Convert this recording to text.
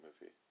movie